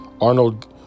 Arnold